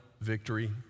victory